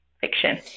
fiction